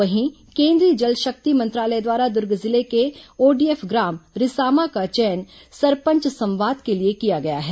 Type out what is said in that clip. वहीं केंद्रीय जलशक्ति मंत्रालय द्वारा दुर्ग जिले के ओडीएफ ग्राम रिसामा का चयन सरपंच संवाद के लिए किया गया है